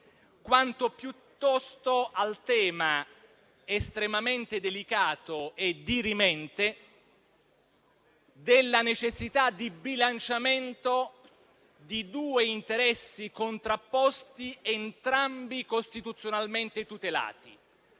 quanto piuttosto al tema estremamente delicato e dirimente della necessità di bilanciamento di due interessi contrapposti, entrambi costituzionalmente tutelati: